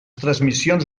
transmissions